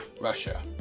Russia